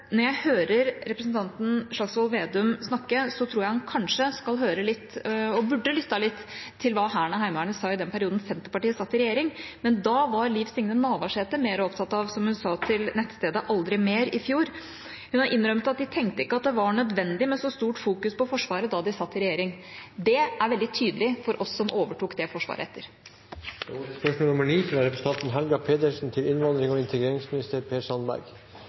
Når jeg hører representanten Slagsvold Vedum snakke, tror jeg han kanskje burde lyttet til hva Hæren og Heimevernet sa i den perioden da Senterpartiet satt i regjering. Da innrømmet Liv Signe Navarsete, som hun sa til nettstedet «Aldri mer» i fjor, at hun tenkte det ikke var nødvendig med så stort fokus på Forsvaret da de satt i regjering. Det er veldig tydelig for oss som overtok det Forsvaret. «Andelen sysselsatte av befolkningen med innvandrerbakgrunn er den laveste siden 2008. Nedgangen er størst i den gruppen som inkluderer personer med bakgrunn fra Asia og